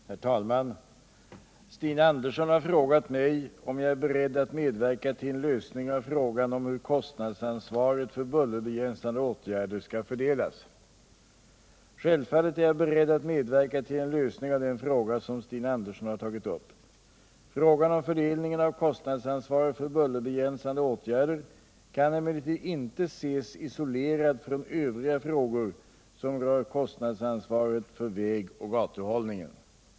427, och anförde: Herr talman! Stina Andersson har frågat mig om jag är beredd att medverka till en lösning av frågan om hur kostnadsansvaret för bullerbegränsande åtgärder skall fördelas. Självfallet är jag beredd att medverka till en lösning av den fråga som Stina Andersson har tagit upp. Frågan om fördelningen av kostnadsansvaret för bullerbegränsande åtgärder kan emellertid inte ses isolerad från övriga frågor som rör kostnadsansvaret för väg och gatuhållningen.